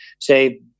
say